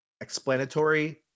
explanatory